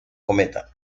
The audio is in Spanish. cometa